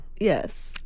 Yes